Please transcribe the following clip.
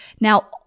Now